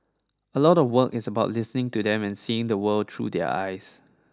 a lot of work is about listening to them and seeing the world through their eyes